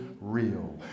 real